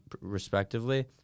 respectively